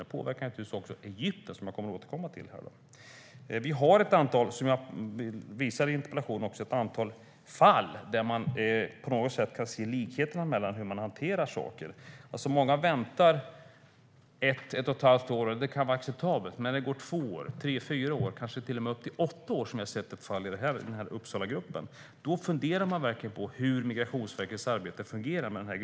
Det påverkar naturligtvis också Egypten, som jag kommer att återkomma till här. Som jag visar i interpellationen har vi ett antal fall där man kan se likheterna när det gäller hur man hanterar saker. Många väntar ett eller ett och ett halvt år, och det kan vara acceptabelt. Men när det går två, tre, fyra eller kanske upp till åtta år, som vi har sett i ett fall i Uppsalagruppen, börjar man fundera på hur Migrationsverkets arbete fungerar.